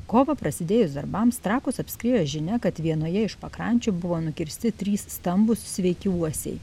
kovą prasidėjus darbams trakus apskriejo žinia kad vienoje iš pakrančių buvo nukirsti trys stambūs sveiki uosiai